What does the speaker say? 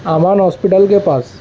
آمان hospital کے پاس